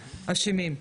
אשמים.